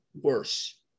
worse